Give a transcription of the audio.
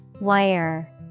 Wire